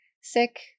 sick